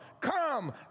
come